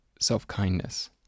self-kindness